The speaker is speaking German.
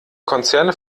konzerne